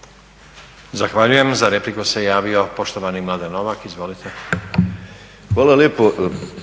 (Hrvatski laburisti - Stranka rada)** Hvala lijepo.